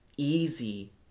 easy